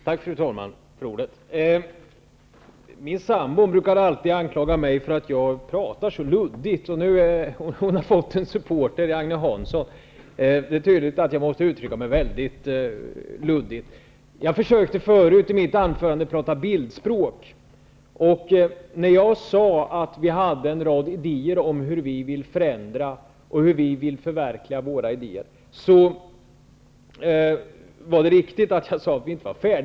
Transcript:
Fru talman! Min sambo brukar anklaga mig för att jag pratar så luddigt. Nu har hon fått en supporter i Agne Hansson. Det är tydligt att jag uttrycker mig väldigt luddigt. Jag försökte i mitt anförande förut tala bildspråk. När jag sade att vi hade en rad idéer om hur vi vill förändra och om hur vi vill förverkliga våra idéer, så var det riktigt när jag sade att vi inte var färdiga.